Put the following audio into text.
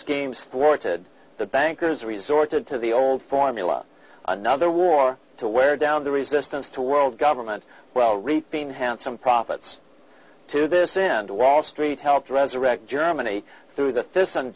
schemes thwarted the bankers resorted to the old formula another war to wear down the resistance to world government well reaping handsome profits to this in and wall street helped resurrect germany through the thess and